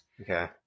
Okay